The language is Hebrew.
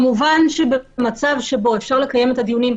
כמובן שבמצב שבו אפשר לקיים את הדיונים,